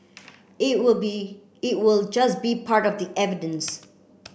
it will be it will just be part of the evidence